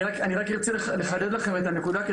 אני רק ארצה לחדד לכם את הנקודה,